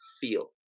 feel